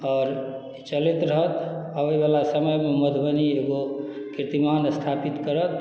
आओर चलैत रहत अबैवला समयमे मधुबनी एगो कीर्तिमान स्थापित करत